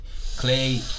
Clay